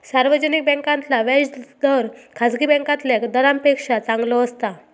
सार्वजनिक बॅन्कांतला व्याज दर खासगी बॅन्कातल्या दरांपेक्षा चांगलो असता